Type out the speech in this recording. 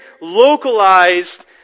localized